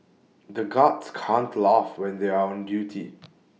the guards can't laugh when they are on duty